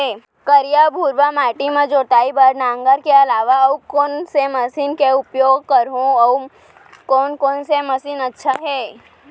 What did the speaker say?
करिया, भुरवा माटी म जोताई बार नांगर के अलावा अऊ कोन से मशीन के उपयोग करहुं अऊ कोन कोन से मशीन अच्छा है?